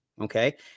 okay